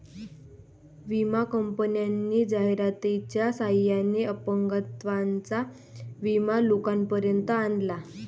विमा कंपन्यांनी जाहिरातीच्या सहाय्याने अपंगत्वाचा विमा लोकांपर्यंत आणला